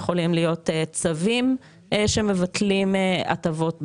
יכולים להיות צווים שמבטלים הטבות במס,